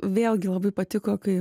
vėlgi labai patiko kai